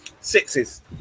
sixes